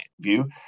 view